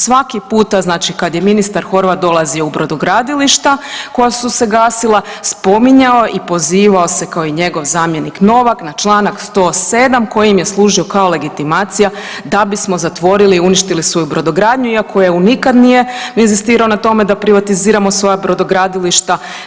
Svaki puta znači kad je ministar Horvat dolazio u brodogradilišta koja su se gasila spominjao i pozivao se kao i njegov zamjenik Novak na čl. 107. koji im je služio kao legitimacija da bismo zatvorili i uništili svoju brodogradnju iako nikad nije inzistirao na tome da privatiziramo svoja brodogradilišta.